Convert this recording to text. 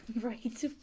Right